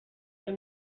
der